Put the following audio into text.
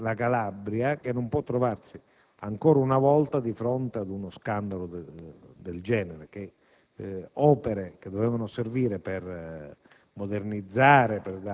richiede la Calabria, che non può trovarsi, ancora una volta, di fronte ad uno scandalo del genere: opere, cioè, che dovevano servire per